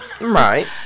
Right